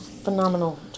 phenomenal